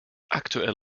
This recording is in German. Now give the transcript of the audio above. aktuell